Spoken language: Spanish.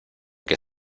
que